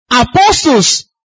apostles